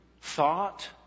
thought